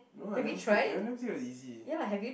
no lah never said I never say it was easy